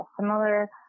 similar